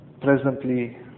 presently